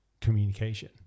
communication